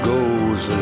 Goes